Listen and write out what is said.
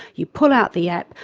you pull out the app,